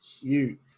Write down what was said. cute